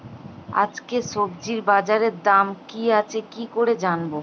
আজকে সবজি বাজারে দাম কি আছে কি করে জানবো?